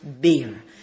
beer